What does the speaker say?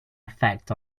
effect